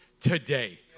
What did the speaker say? today